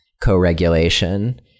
co-regulation